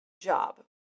job